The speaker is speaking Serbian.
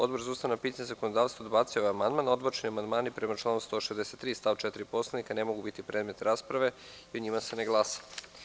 Odbor za ustavna pitanja i zakonodavstvo odbacio je ovaj amandman, a odbačeni amandmani prema članu 163. stav 4. Poslovnika ne mogu biti predmet rasprave i o njima se ne glasa.